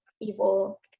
evil